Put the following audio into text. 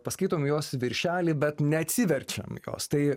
paskaitom jos viršelį bet neatsiverčiam jos tai